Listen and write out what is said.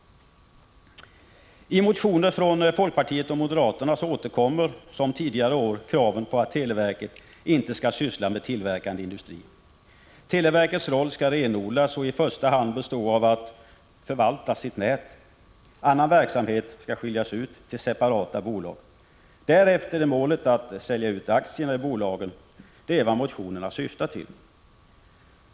I motioner från folkpartiet och moderaterna återkommer, liksom tidigare år, kraven på att televerket inte skall syssla med tillverkande industri. Televerkets roll skall renodlas och i första hand bestå av att förvalta sitt nät. Annan verksamhet skall skiljas ut till separata bolag. Därefter är målet att sälja ut aktierna i bolagen. Det är vad motionerna syftar till.